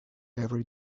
every